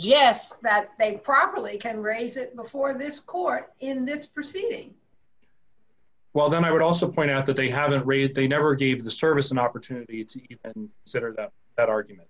suggests that they probably can raise it before this court in this proceeding well then i would also point out that they haven't raised they never gave the service an opportunity to set that argument